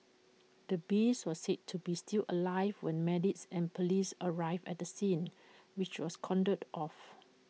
the beast was said to be still alive when medics and Police arrived at the scene which was cordoned off